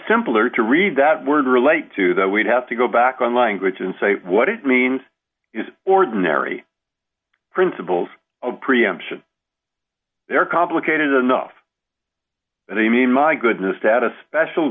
simpler to read that word relate to that we'd have to go back on language and say what it means is ordinary principles of preemption they are complicated enough and they mean my goodness that a special